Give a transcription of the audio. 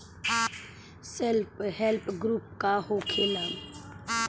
Self help group का होखेला?